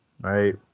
right